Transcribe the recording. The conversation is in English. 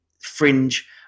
fringe